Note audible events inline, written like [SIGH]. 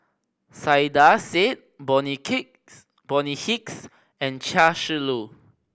Saiedah Said Bonny [UNINTELLIGIBLE] Bonny Hicks and Chia Shi Lu